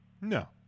No